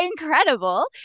incredible